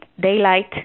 daylight